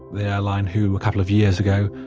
the airline who, a couple of years ago,